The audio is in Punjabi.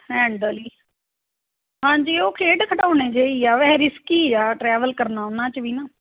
ਹੈਂਡਲ ਹਾਂਜੀ ਉਹ ਖੇਡ ਖਿਡੌਣੇ ਜਿਹੇ ਹੀ ਆ ਵੈਸੇ ਰਿਸਕੀ ਆ ਟਰੈਵਲ ਕਰਨਾ ਉਹਨਾਂ 'ਚ ਵੀ ਨਾ